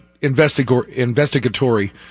investigatory